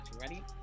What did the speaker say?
Ready